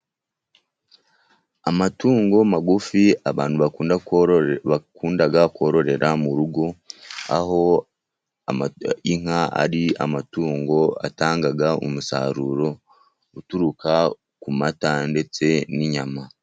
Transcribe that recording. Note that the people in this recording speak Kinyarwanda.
Amatungo magufi abantu bakunda kororera mu rugo, aho inka ari amatungo atanga umusaruro, uturuka ku mata ndetse n'inyama.